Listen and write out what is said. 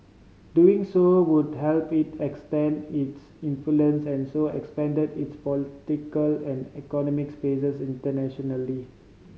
doing so would help it extend its influence and so expand its political and economic spaces internationally